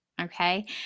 Okay